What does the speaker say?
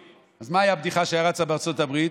אז מה הייתה הבדיחה שהייתה רצה בארצות הברית?